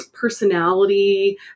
personality